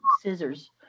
scissors